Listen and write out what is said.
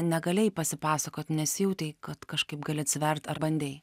negalėjai pasipasakot nesijautei kad kažkaip gali atsivert ar bandei